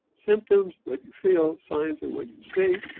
symptoms, what you feel, signs are what you see.